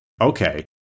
okay